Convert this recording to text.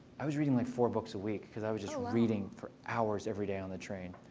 i was reading like four books a week, because i was just reading for hours everyday on the train.